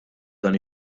dan